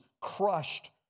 crushed